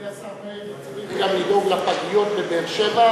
אדוני השר צריך גם לדאוג לפגיות בבאר-שבע,